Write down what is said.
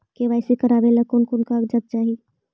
KYC करावे ले कोन कोन कागजात चाही?